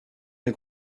des